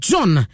John